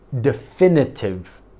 definitive